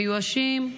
מיואשים,